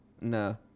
no